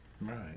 Right